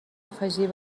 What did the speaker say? afegir